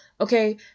okay